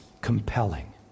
compelling